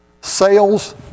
Sales